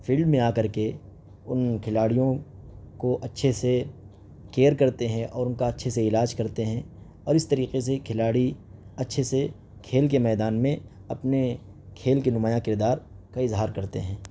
field میں آ کر کے ان کھلاڑیوں کو اچھے سے کیئر کرتے ہیں اور ان کا اچّھے سے علاج کرتے ہیں اور اس طریقے سے کھلاڑی اچّھے سے کھیل کے میدان میں اپنے کھیل کے نمایاں کردار کا اظہار کرتے ہیں